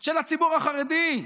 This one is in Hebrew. של הציבור החרדי,